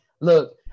Look